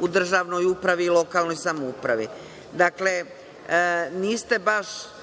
u državnoj upravi i lokalnoj samoupravi. Dakle, niste baš